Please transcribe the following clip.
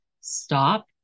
stop